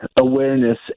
awareness